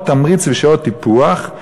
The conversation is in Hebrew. שעות תמריץ ושעות טיפוח.